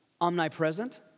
omnipresent